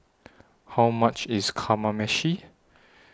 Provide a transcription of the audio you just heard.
How much IS Kamameshi